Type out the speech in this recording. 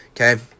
okay